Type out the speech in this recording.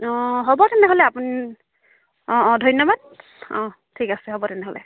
অঁ হ'ব তেনেহ'লে আপুনি অঁ অঁ ধন্যবাদ অঁ ঠিক আছে হ'ব তেনেহ'লে